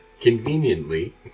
Conveniently